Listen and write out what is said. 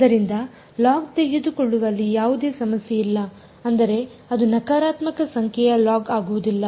ಆದ್ದರಿಂದ ಲಾಗ್ ತೆಗೆದುಕೊಳ್ಳುವಲ್ಲಿ ಯಾವುದೇ ಸಮಸ್ಯೆ ಇಲ್ಲ ಅಂದರೆ ಅದು ನಕಾರಾತ್ಮಕ ಸಂಖ್ಯೆಯ ಲಾಗ್ ಆಗುವುದಿಲ್ಲ